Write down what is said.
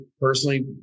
personally